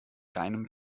deinem